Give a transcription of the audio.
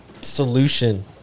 solution